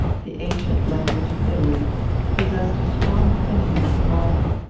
the ancient language of italy possessed a strong affinity with the modern.